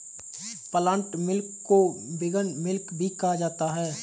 plant milk को vegan milk भी कहा जाता है